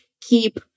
keep